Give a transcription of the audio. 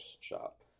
shop